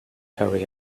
harry